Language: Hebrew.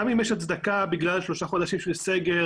גם אם יש הצדקה בגלל שלושה חודשים של סגר,